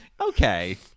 okay